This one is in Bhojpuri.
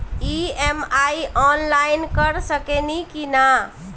ई.एम.आई आनलाइन कर सकेनी की ना?